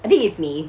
I think it's me